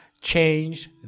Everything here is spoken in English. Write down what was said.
change